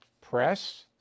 press